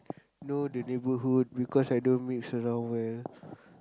know the neighbourhood because I don't mix around well